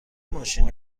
ماشینی